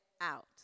out